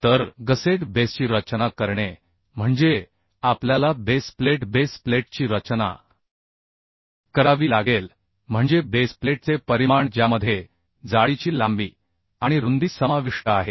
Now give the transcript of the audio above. तर गसेट बेसची रचना करणे म्हणजे आपल्याला बेस प्लेट बेस प्लेटची रचना करावी लागेल म्हणजे बेस प्लेटचे परिमाण ज्यामध्ये जाडीची लांबी आणि रुंदी समाविष्ट आहे